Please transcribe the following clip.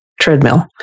treadmill